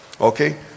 okay